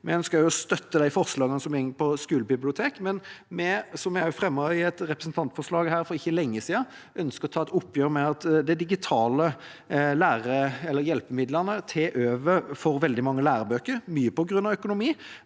Vi ønsker også å støtte de forslagene som går på skolebibliotek, men vi – som jeg også fremmet i et representantforslag her for ikke lenge siden – ønsker å ta et oppgjør med at de digitale hjelpemidlene tar over for veldig mange lærebøker, mye på grunn av økonomi.